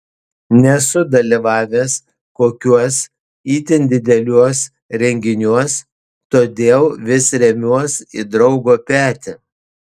nesu dalyvavęs kokiuos itin dideliuos renginiuos todėl vis remiuos į draugo petį